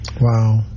Wow